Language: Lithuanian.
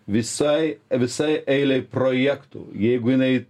visai visai eilei projektų jeigu jinai